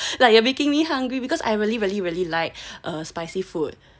like you are making me hungry because I really really really like err spicy food